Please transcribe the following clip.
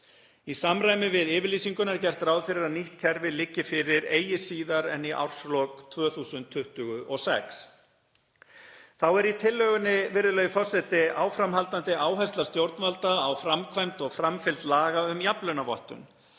Í samræmi við yfirlýsinguna er gert ráð fyrir að nýtt kerfi liggi fyrir eigi síðar en í árslok 2026. Þá er í tillögunni, virðulegi forseti, áframhaldandi áhersla stjórnvalda á framkvæmd og framfylgd laga um jafnlaunavottun.